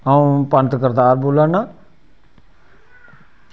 अंऊ पंत करतार बोल्ला ना